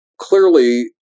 clearly